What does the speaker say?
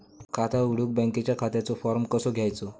खाता उघडुक बँकेच्या खात्याचो फार्म कसो घ्यायचो?